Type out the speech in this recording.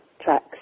tracks